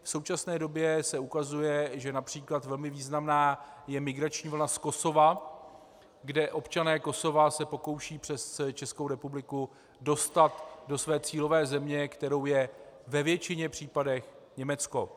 V současné době se ukazuje, že například velmi významná je migrační vlna z Kosova, kde občané Kosova se pokoušejí přes Českou republiku dostat do své cílové země, kterou je ve většině případů Německo.